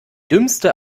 dümmste